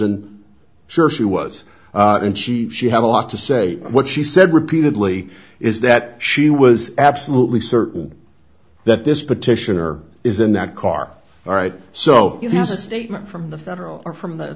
and sure she was and she she had a lot to say what she said repeatedly is that she was absolutely certain that this petitioner is in that car all right so you has a statement from the federal or from the